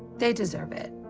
they deserve it.